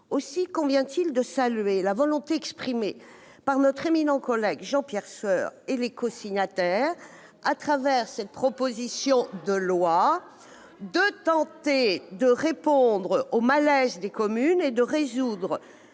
Aussi convient-il de saluer la volonté exprimée par notre éminent collègue Jean-Pierre Sueur et les cosignataires de cette proposition de loi de tenter de répondre au malaise des communes et de résoudre